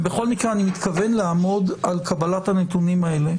בכל מקרה, אני מתכוון לעמוד על קבלת הנתונים האלה.